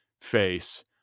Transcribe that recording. face